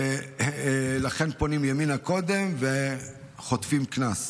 ולכן פונים ימינה קודם וחוטפים קנס.